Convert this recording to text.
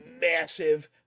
massive